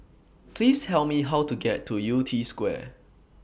Please Tell Me How to get to Yew Tee Square